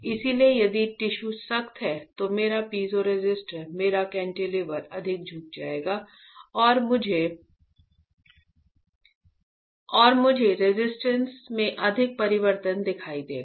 इसलिए यदि टिश्यू सख्त है तो मेरा पीजो रेसिस्टर मेरा केंटिलीवर अधिक झुक जाएगा और मुझे रेजिस्टेंस में अधिक परिवर्तन दिखाई देगा